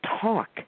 talk